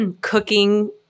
cooking